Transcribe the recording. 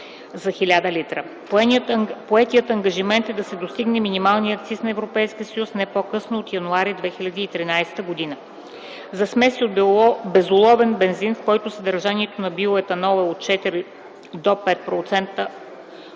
за 1000 литра; поетият ангажимент е да се достигне минималният акциз за ЕС не по-късно от 1 януари 2013 г.; - за смеси от безоловен бензин, в който съдържанието на биоетанол е от 4 до 5